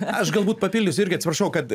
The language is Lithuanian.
aš galbūt papildysiu irgi atsiprašau kad